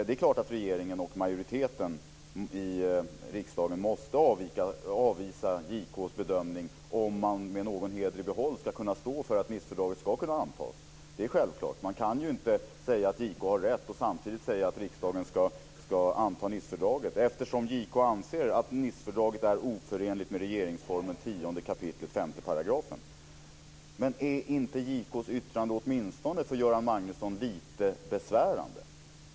Det är klart att regeringen och majoriteten i riksdagen måste avvisa JK:s bedömning om man med någon heder i behåll ska kunna stå för att Nicefördraget ska antas. Det är självklart. Man kan inte säga att JK har rätt och samtidigt säga att riksdagen ska anta Nicefördraget, eftersom JK anser att Nicefördraget är oförenligt med regeringsformens 10 kap. 5 §. Men är inte JK:s yttrande åtminstone lite besvärande för Göran Magnusson?